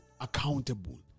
accountable